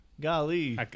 Golly